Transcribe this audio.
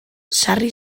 sarri